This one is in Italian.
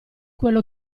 quello